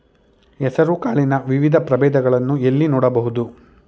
ಹೆಸರು ಕಾಳಿನ ವಿವಿಧ ಪ್ರಭೇದಗಳನ್ನು ಎಲ್ಲಿ ನೋಡಬಹುದು?